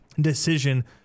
decision